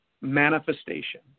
Manifestation